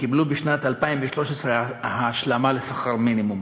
קיבלו בשנת 2013 השלמה לשכר מינימום,